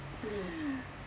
serious